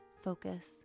focus